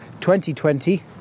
2020